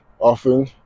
often